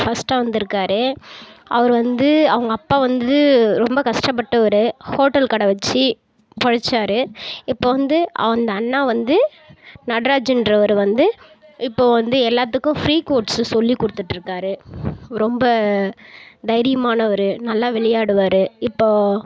ஃபஸ்ட்டா வந்திருக்காரு அவரு வந்து அவங்க அப்பா வந்து ரொம்ப கஷ்டப்பட்டவர் ஹோட்டல் கடை வச்சு பொழைச்சாரு இப்போ வந்து அந்த அண்ணா வந்து நட்ராஜன்றவரு வந்து இப்போ வந்து எல்லாத்துக்கும் ஃப்ரீ கோர்ஸ் சொல்லிக் கொடுத்துட்ருக்காரு ரொம்ப தைரியமானவர் நல்லா விளையாடுவார் இப்போது